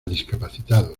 discapacitados